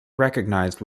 recognized